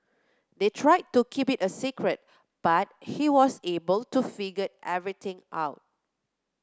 they tried to keep it a secret but he was able to figure everything out